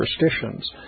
superstitions